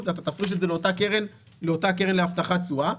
אתה תפריש את זה לאותה קרן להבטחת תשואה,